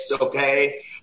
okay